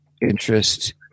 Interest